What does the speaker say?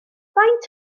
faint